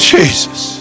Jesus